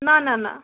نَہ نَہ نَہ